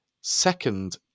second